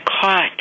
caught